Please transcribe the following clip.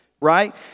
right